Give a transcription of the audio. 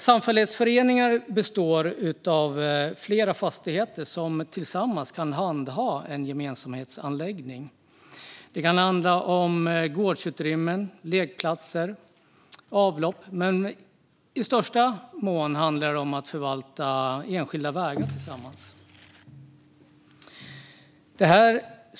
Samfällighetsföreningar består av flera fastigheter som tillsammans kan handha en gemensamhetsanläggning. Det kan handla om gårdsutrymmen, lekplatser och avlopp, men i de flesta fall handlar det om att förvalta enskilda vägar.